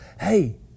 hey